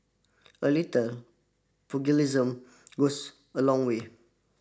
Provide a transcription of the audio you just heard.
a little pugilism goes a long way